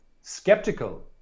skeptical